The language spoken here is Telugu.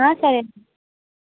సరే